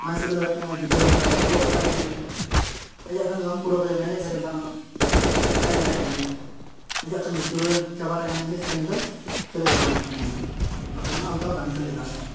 ᱵᱟᱭ ᱥᱮᱴᱮᱨ ᱫᱟᱲᱮᱭᱟᱜ ᱠᱟᱱᱟ ᱜᱤᱫᱽᱨᱟᱹ ᱦᱚᱸ ᱚᱱᱠᱟᱜᱮ ᱚᱞᱚᱜ ᱯᱟᱲᱦᱟᱜ ᱡᱩᱫᱤ ᱟᱡᱟᱜ ᱠᱟᱹᱢᱤ ᱵᱟᱝ ᱯᱩᱨᱟᱹᱣ ᱠᱟᱛᱮᱫᱢᱟ ᱮᱱᱮᱡ ᱥᱮᱨᱮᱧ ᱵᱟᱝ ᱵᱟᱭ ᱫᱟᱲᱮᱭᱟᱜ ᱜᱮᱭᱟ ᱟᱡᱟᱜ ᱠᱟᱹᱢᱤ ᱛᱩᱞᱟᱹᱣ ᱪᱟᱵᱟ ᱞᱮᱱᱱᱟ ᱮᱱᱮᱡ ᱥᱮᱨᱮᱧ ᱫᱚᱭ ᱥᱮᱞᱮᱫ ᱫᱟᱲᱮᱭᱟᱜ ᱠᱟᱱᱟ ᱱᱟᱜ ᱵᱟᱝᱠᱷᱟᱱ ᱢᱟ ᱚᱱᱠᱟ ᱵᱟᱝ ᱥᱮᱞᱮᱫ ᱫᱟᱲᱮᱭᱟᱜᱼᱟ